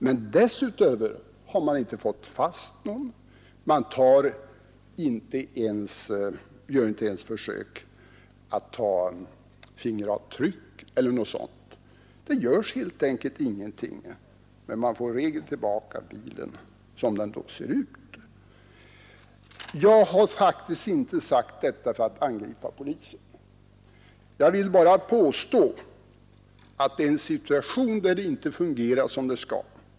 Men därutöver har man inte fått fast någon. Man gör inte ens ett försök att ta fingeravtryck. Det görs helt enkelt ingenting men i regel får ägaren tillbaka bilen med det utseende den då har. Jag har faktiskt inte sagt detta för att angripa polisen. Jag vill bara påstå att vi befinner oss i en situation där det inte fungerar som det skall.